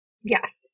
Yes